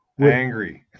Angry